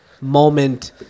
moment